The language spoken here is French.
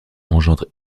engendre